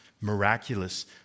miraculous